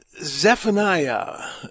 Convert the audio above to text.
Zephaniah